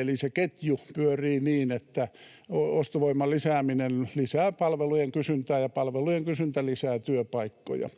eli se ketju pyörii niin, että ostovoiman lisääminen lisää palvelujen kysyntää, ja palvelujen kysyntä lisää työpaikkoja.